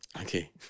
Okay